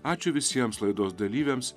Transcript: ačiū visiems laidos dalyviams